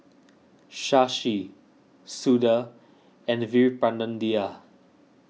Shashi Suda and Veerapandiya